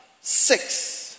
six